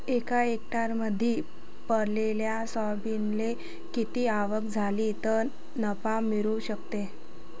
एका हेक्टरमंदी पेरलेल्या सोयाबीनले किती आवक झाली तं नफा मिळू शकन?